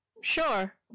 Sure